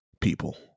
people